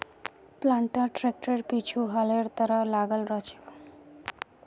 planter ट्रैक्टरेर पीछु हलेर तरह लगाल रह छेक